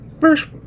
First